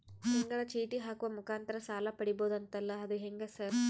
ತಿಂಗಳ ಚೇಟಿ ಹಾಕುವ ಮುಖಾಂತರ ಸಾಲ ಪಡಿಬಹುದಂತಲ ಅದು ಹೆಂಗ ಸರ್?